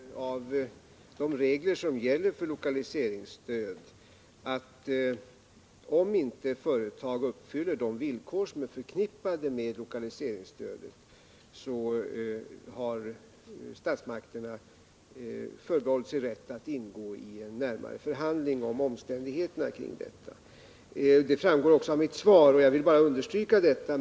Herr talman! Det framgår av de regler som gäller för lokaliseringsstöd att om inte företaget uppfyller de villkor som är förknippade med lokaliseringsstödet har statsmakterna förbehållit sig rätten att ingå i närmare förhandlingar om omständigheterna kring detta. Jag har berört detta förhållande i mitt svar och vill nu bara understryka detta.